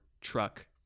truck—